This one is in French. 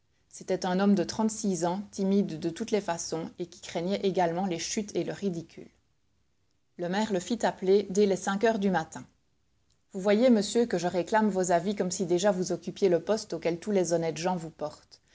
c'était un homme de trente-six ans timide de toutes les façons et qui craignait également les chutes et le ridicule le maire le fit appeler dès les cinq heures du matin vous voyez monsieur que je réclame vos avis comme si déjà vous occupiez le poste auquel tous les honnêtes gens vous portent